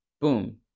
boom